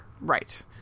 Right